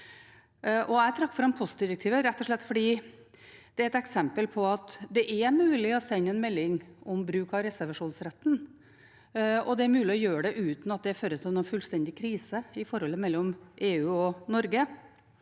Jeg trakk fram postdirektivet rett og slett fordi det er et eksempel på at det er mulig å sende en melding om bruk av reservasjonsretten, og det er mulig å gjøre det uten at det fører til noen fullstendig krise i forholdet mellom EU og Norge.